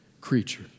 creature